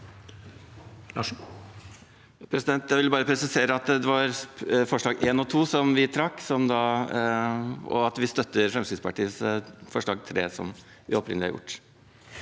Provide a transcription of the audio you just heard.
Jeg vil presisere at det var forslagene nr. 1 og 2 vi trakk, og at vi støtter Fremskrittspartiets forslag nr. 3, slik vi opprinnelig har gjort.